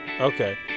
Okay